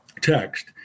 text